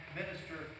minister